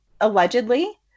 allegedly